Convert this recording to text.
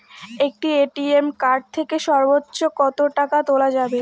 একটি ATM card থেকে সর্বোচ্চ কত টাকা তোলা যাবে?